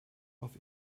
auf